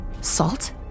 salt